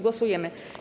Głosujemy.